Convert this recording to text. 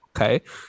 okay